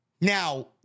Now